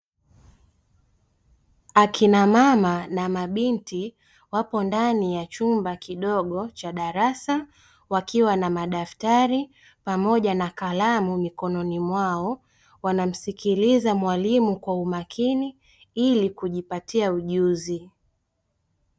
Wakina mama na mabinti wapo ndani ya chumba kidogo cha darasa wakiwa na madaftari pamoja na kalamu mikononi mwao ,wanamsikiliza mwalimu kwa makini ili kujipatia ujuzi.